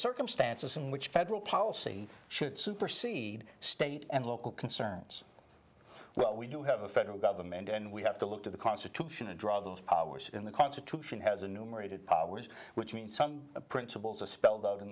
circumstances in which federal policy should supersede state and local concerns well we do have a federal government and we have to look to the constitution to draw those powers in the constitution has a numerated which means some principles are spelled out in